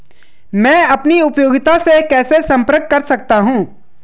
मैं अपनी उपयोगिता से कैसे संपर्क कर सकता हूँ?